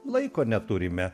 laiko neturime